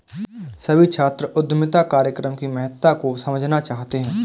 सभी छात्र उद्यमिता कार्यक्रम की महत्ता को समझना चाहते हैं